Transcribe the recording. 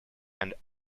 and